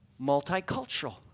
multicultural